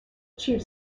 achieve